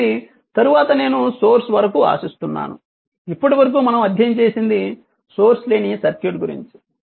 కాబట్టి తరువాత నేను సోర్స్ వరకు ఆశిస్తున్నాను ఇప్పటివరకు మనం అధ్యయనం చేసింది సోర్స్ లేని సర్క్యూట్ గురించి